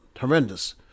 Horrendous